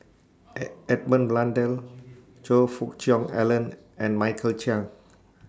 ad Edmund Blundell Choe Fook Cheong Alan and Michael Chiang